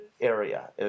area